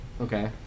Okay